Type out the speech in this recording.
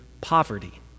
poverty